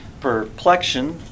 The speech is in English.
perplexion